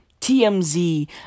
TMZ